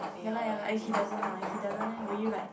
ya lah ya lah and he doesn't and he doesn't leh will you